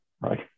right